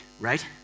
right